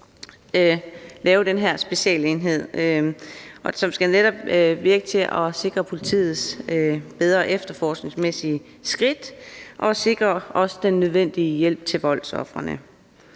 lave den her specialenhed, som netop skal virke til at sikre politiet bedre efterforskningsmæssige skridt og også sikre den nødvendige hjælp til voldsofrene.